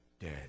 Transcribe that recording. dead